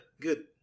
good